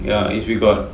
ya it's we've got